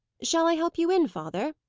shall i help you in, father!